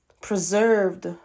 preserved